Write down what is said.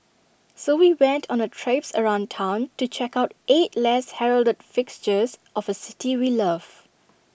so we went on A traipse around Town to check out eight less heralded fixtures of A city we love